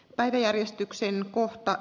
päiväjärjestykseen kohta